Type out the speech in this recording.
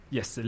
Yes